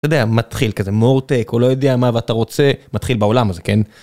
אתה יודע, מתחיל כזה מורטק או לא יודע מה, ואתה רוצה... מתחיל בעולם הזה, כן.